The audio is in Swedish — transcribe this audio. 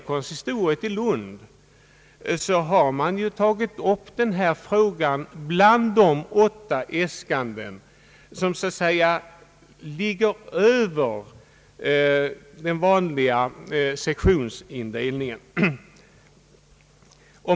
Konsistoriet i Lund har tagit med denna fråga bland de åtta äskanden som så att säga ligger över den vanliga sektionsindelningen.